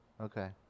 Okay